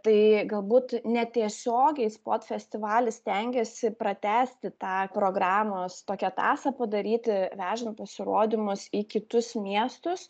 tai galbūt netiesiogiai spot festivalis stengiasi pratęsti tą programos tokią tąsą padaryti vežant pasirodymus į kitus miestus